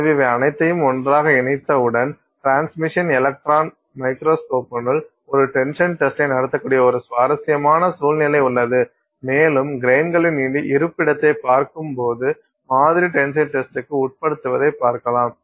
எனவே இவை அனைத்தையும் ஒன்றாக இணைத்தவுடன் டிரான்ஸ்மிஷன் எலக்ட்ரான் மைக்ரோஸ்கோப்னுள் ஒரு டென்ஷன் டெஸ்ட்டை நடத்தக்கூடிய ஒரு சுவாரஸ்யமான சூழ்நிலை உள்ளது மேலும் கிரைன்ங்களின் இருப்பிடத்தைப் பார்க்கும்போது மாதிரி டென்சைல் டெஸ்ட்ஸ்ட்க்கு உட்படுத்தப்படுவதை பார்க்கலாம்